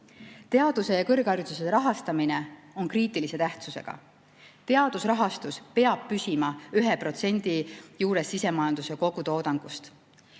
Teaduse ja kõrghariduse rahastamine on kriitilise tähtsusega. Teadusrahastus peab püsima 1% juures sisemajanduse kogutoodangust.